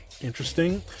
Interesting